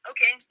Okay